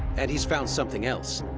and he's found something else.